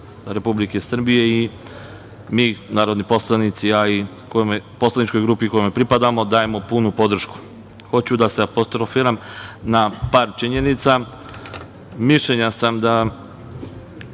Republike Srbije i mi narodni poslanici i poslanička grupa kojoj pripadamo dajemo punu podršku. Hoću da apostrofiram par činjenica. Mišljenja sam da